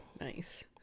Nice